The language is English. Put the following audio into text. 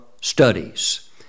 studies